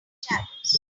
shadows